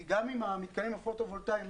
כי גם אם המתקנים הפוטו וולטאים,